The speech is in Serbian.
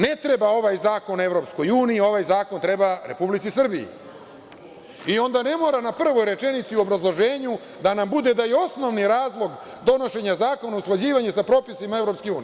Ne treba ovaj zakon EU, ovaj zakon treba Republici Srbiji, i onda ne mora na prvu rečenicu i u obrazloženju da nam bude da je osnovni razlog donošenja zakona o usklađivanju sa propisima EU.